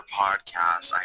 podcast